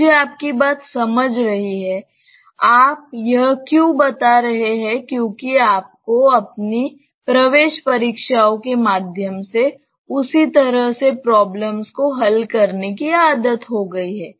मुझे आपकी बात समझ रही है आप यह क्यों बता रहे हैं क्योंकि आपको अपनी प्रवेश परीक्षाओं के माध्यम से उस तरह से प्रॉब्लम्स को हल करने की आदत हो गई है